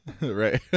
Right